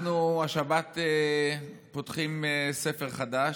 אנחנו השבת פותחים ספר חדש,